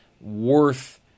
worth